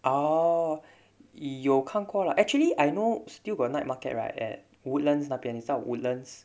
orh 有看过 lah actually I know still got night market right at woodlands 那边你知道 woodlands